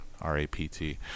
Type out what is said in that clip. R-A-P-T